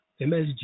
MSG